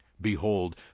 Behold